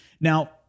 Now